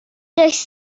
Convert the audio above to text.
does